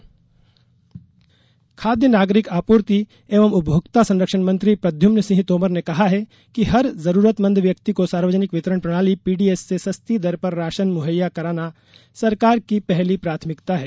तोमर राशन खाद्य नागरिक आपूर्ति एवं उपभोक्ता संरक्षण मंत्री प्रद्युम्न सिंह तोमर ने कहा है कि हर जरूरतमंद व्यक्ति को सार्वजनिक वितरण प्रणाली पीडीएस से सस्ती दर पर राशन मुहैया कराना सरकार की पहली प्राथमिकता है